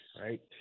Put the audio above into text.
right